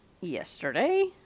yesterday